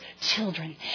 children